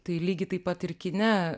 tai lygiai taip pat ir kine